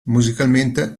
musicalmente